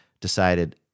decided